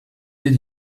did